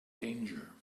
danger